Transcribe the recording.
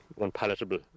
unpalatable